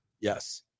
Yes